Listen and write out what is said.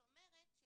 אנחנו